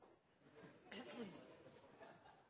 jeg